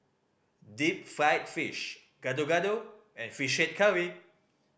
deep fried fish Gado Gado and Fish Head Curry